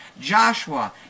Joshua